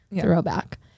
throwback